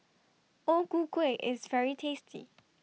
O Ku Kueh IS very tasty